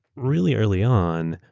really early on,